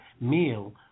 meal